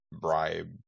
bribe